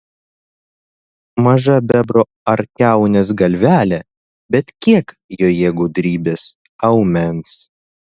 maža bebro ar kiaunės galvelė bet kiek joje gudrybės aumens